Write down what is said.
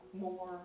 more